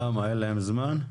למה, אין להם זמן?